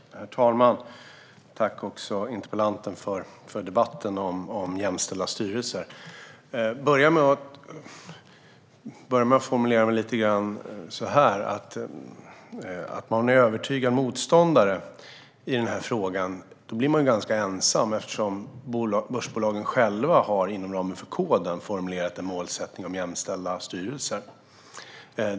Herr talman! Tack, interpellanten, för debatten om jämställda styrelser! Jag börjar med att formulera mig så här: Om man är övertygad motståndare i frågan blir man ganska ensam eftersom börsbolagen själva inom ramen för Koden har formulerat en målsättning om jämställda styrelser.